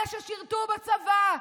אלה ששירתו בצבא,